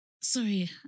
Sorry